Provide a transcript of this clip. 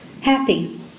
Happy